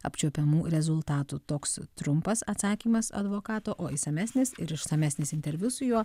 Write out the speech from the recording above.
apčiuopiamų rezultatų toks trumpas atsakymas advokato o išsamesnis ir išsamesnis interviu su juo